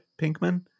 Pinkman